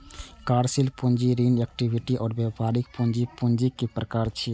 कार्यशील पूंजी, ऋण, इक्विटी आ व्यापारिक पूंजी पूंजीक प्रकार छियै